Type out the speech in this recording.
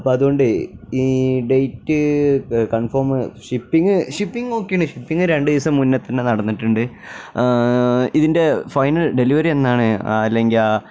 അപ്പോള് അതുകൊണ്ട് ഈ ഡേറ്റ് കൺഫേം ഷിപ്പിങ് ഷിപ്പിങ് ഓക്കെയാണ് ഷിപ്പിങ് രണ്ട് ദിവസം മുന്നേ തന്നെ നടന്നിട്ടുണ്ട് ആ ഇതിൻ്റെ ഫൈനൽ ഡെലിവറി എന്നാണ് അല്ലെങ്കിൽ